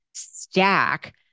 Stack